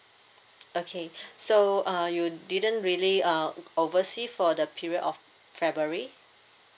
okay so uh you didn't really uh oversea for the period of february